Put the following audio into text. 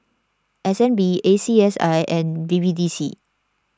S N B A C S I and B B D C